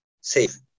safe